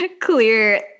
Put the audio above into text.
clear